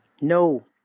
No